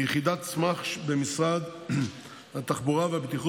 היא יחידת סמך במשרד התחבורה והבטיחות